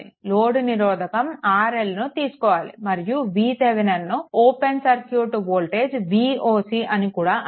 load నిరోధకం RLను తీసుకోవాలి మరియు vTheveninను ఓపెన్ సర్క్యూట్ వోల్టేజ్ voc అని కూడా అంటారు